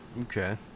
Okay